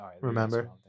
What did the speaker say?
Remember